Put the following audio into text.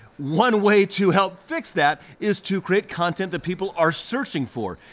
one way to help fix that is to create content that people are searching for.